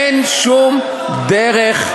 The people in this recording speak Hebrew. אין שום דרך,